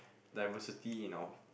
diversity in our